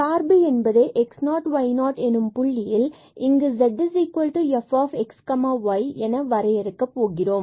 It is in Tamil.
சார்பு என்பதை x0y0 எனும் புள்ளியில் நாம் இங்கு z fxy என வரையறுக்க போகிறோம்